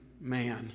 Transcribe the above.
man